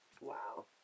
Wow